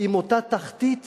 עם אותה תחתית